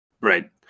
Right